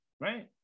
right